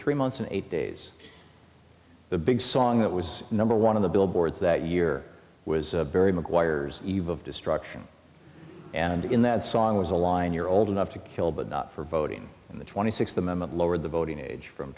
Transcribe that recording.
three months and eight days the big song that was number one of the billboards that year was barry mcguire's eve of destruction and in that song was a line you're old enough to kill but for voting in the twenty sixth amendment lowered the voting age from